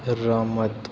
રમત